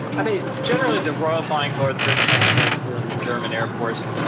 i mean generally the royal flying co. or the british end of things, and then the german air force,